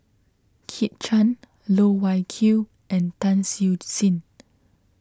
Kit Chan Loh Wai Kiew and Tan Siew Sin